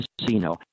casino